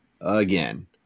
again